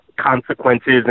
consequences